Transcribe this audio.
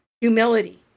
humility